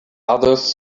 others